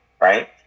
right